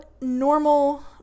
normal